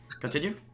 Continue